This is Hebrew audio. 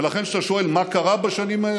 ולכן, כשאתה שואל מה קרה בשנים האלה,